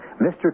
Mr